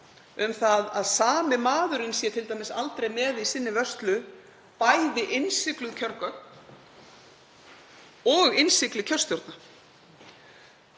um að sami maðurinn sé t.d. aldrei með í sinni vörslu bæði innsigluð kjörgögn og innsigli kjörstjórna.